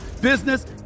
business